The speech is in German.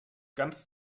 ganz